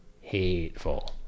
Hateful